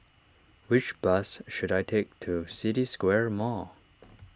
which bus should I take to City Square Mall